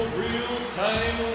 real-time